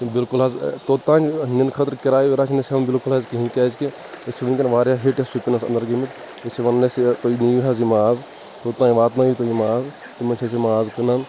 تہٕ بِلکُل حظ توٚتام نِنہٕ خٲطرٕ کِراے رَٹنس ہیٚوان کیٛازِ کہِ أسۍ چھِ وُنکیٚن واریاہ ہِٹ لِسٹ شُپینس اَنٛدر ییٚتہِ چھِ ونان اَسہِ یہِ تُہۍ نِیِو حظ یہِ ماز توٚتام واتناوِو تُہۍ یہِ ماز تِمَن چھِ أسۍ یہِ ماز کٕنان